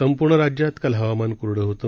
संपूर्ण राज्यात काल हवामान कोरडं होतं